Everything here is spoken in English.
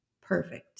Perfect